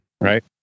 Right